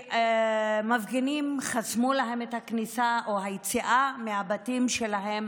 שמפגינים חסמו להם את הכניסה או היציאה מהבתים שלהם,